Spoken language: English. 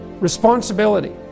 Responsibility